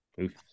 Oof